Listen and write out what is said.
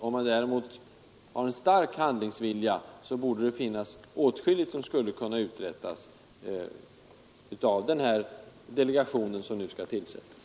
Om man däremot har en stark handlingsvilja, så borde det finnas åtskilligt som skulle kunna uträttas av den delegation som nu skall tillsättas.